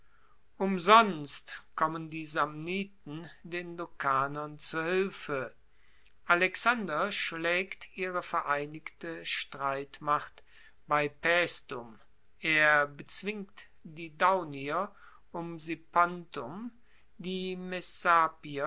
umsonst kommen die samniten den lucanern zu hilfe alexander schlaegt ihre vereinigte streitmacht bei paestum er bezwingt die daunier um sipontum die